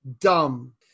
dumb